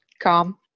calm